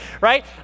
right